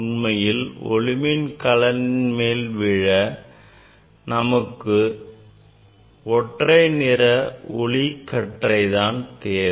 உண்மையில் ஒளிமின் கலனின் மேல் விழ நமக்கு ஒற்றை நிற ஒளிக்கற்றை தான் தேவை